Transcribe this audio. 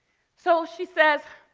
so she says,